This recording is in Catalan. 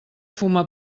fuma